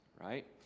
right